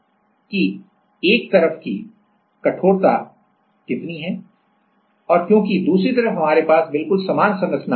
अब हम देखते हैं कि यह कि एक तरफ की कठोरता की है और क्योंकि दूसरी तरफ हमारे पास बिल्कुल समान संरचना है